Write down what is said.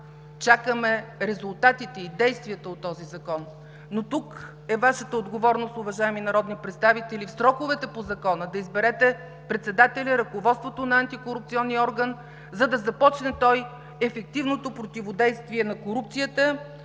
чакаме резултатите и действията от този Закон. Но тук е Вашата отговорност, уважаеми народни представители, в сроковете по Закона да изберете председателя, ръководството на антикорупционния орган, за да започне той ефективното противодействие на корупцията,